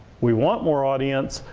we want more audience,